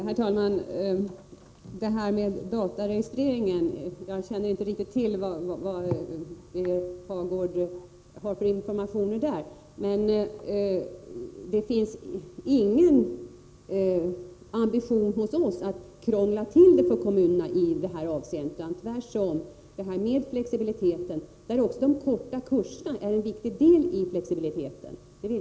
Herr talman! Jag känner inte till vilka informationer Hagård har beträffande dataregistreringen, men det finns ingen ambition hos oss att krångla till det för kommunerna i detta avseende. Tvärtom vill jag gärna slå vakt om flexibiliteten — där också de korta kurserna är en viktig del.